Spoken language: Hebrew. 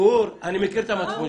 גור, אני מכיר את המצפון שלך.